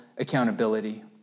accountability